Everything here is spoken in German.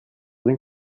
den